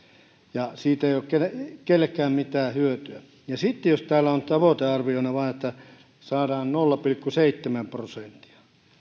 ja siitä ei ole kenellekään mitään hyötyä jos täällä on tavoitearviona vain että saadaan nolla pilkku seitsemän prosenttia